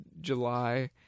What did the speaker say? July